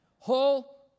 Whole